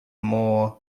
more